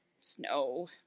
Snow